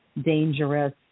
dangerous